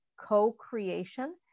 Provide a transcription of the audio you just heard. co-creation